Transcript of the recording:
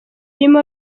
irimo